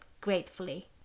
gratefully